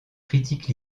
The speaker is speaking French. critiques